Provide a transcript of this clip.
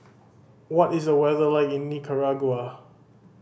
what is the weather like in Nicaragua